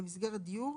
למסגרת דיור,